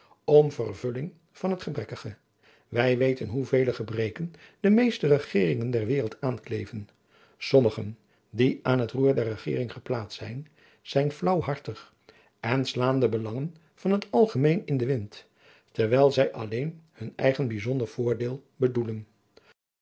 om vervulling van het gebrekkige wij weten hoevele gebreken de meeste regeringen der wereld aankleven sommigen die aan het roer der regering geplaatst zijn zijn flaauwhartig en slaan de belangen van het algemeen in den wind terwijl zij alleen hun eigen bijzonder voordeel bedoelen